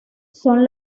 son